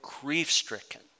grief-stricken